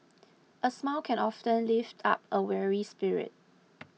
a smile can often lift up a weary spirit